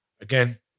again